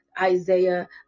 Isaiah